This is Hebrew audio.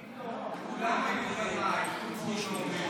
כולם היו בניי חוץ,